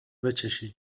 بچشی